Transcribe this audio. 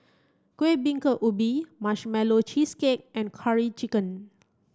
Kuih Bingka Ubi marshmallow cheesecake and curry chicken